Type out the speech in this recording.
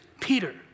Peter